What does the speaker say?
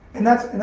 and that's,